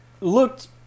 looked